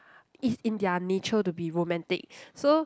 it's in their nature to be romantic so